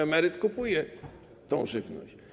Emeryt kupuje tę żywność.